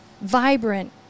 vibrant